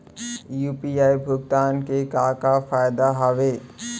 UPI भुगतान के का का फायदा हावे?